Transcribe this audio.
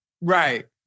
right